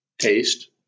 taste